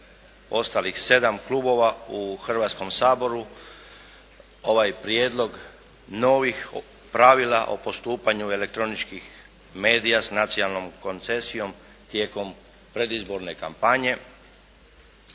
ostalih 7 klubova u Hrvatskom saboru ovaj Prijedlog novih pravila o postupanju elektroničkih medija sa nacionalnom koncesijom tijekom predizborne kampanje.